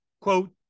Quote